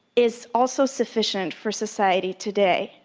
is also sufficient for society today.